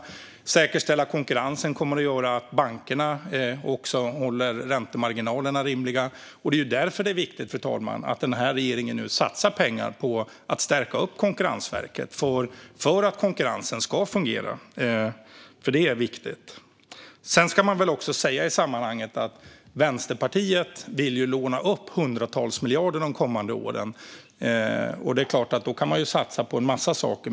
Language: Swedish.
Att man säkerställer konkurrensen kommer också att göra att bankerna håller rimliga räntemarginaler. Det är därför det är viktigt, fru talman, att denna regering nu satsar pengar på att stärka Konkurrensverket för att konkurrensen ska fungera. I sammanhanget ska jag också säga att Vänsterpartiet vill låna upp hundratals miljarder de kommande åren. Då kan man förstås satsa på en massa saker.